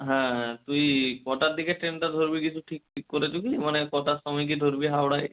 হ্যাঁ হ্যাঁ তুই কটার দিকের ট্রেনটা ধরবি কিছু ঠিক ঠিক করেছ কি মানে কটার সময় গিয়ে ধরবি হাওড়ায়